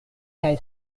kaj